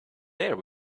here